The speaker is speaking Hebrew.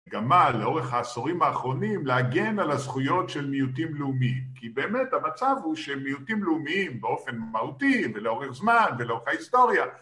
גמל, לאורך העשורים האחרונים, להגן על הזכויות של מיעוטים לאומיים כי באמת המצב הוא שמיעוטים לאומיים באופן מהותי ולאורך זמן ולאורך ההיסטוריה